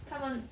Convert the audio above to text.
他们